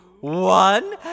one